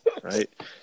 Right